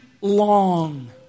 long